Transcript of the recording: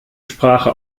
sprache